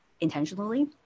intentionally